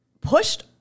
pushed